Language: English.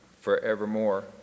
forevermore